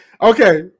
Okay